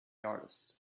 artist